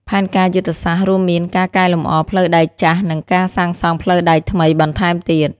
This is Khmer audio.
ផែនការយុទ្ធសាស្ត្ររួមមានការកែលម្អផ្លូវដែកចាស់និងការសាងសង់ផ្លូវដែកថ្មីបន្ថែមទៀត។